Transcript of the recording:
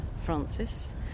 Francis